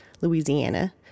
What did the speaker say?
Louisiana